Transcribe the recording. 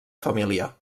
família